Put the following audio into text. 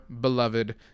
beloved